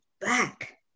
back